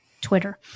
Twitter